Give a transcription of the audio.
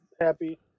happy